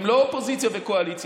הן לא אופוזיציה וקואליציה.